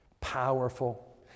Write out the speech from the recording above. Powerful